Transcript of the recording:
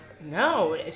no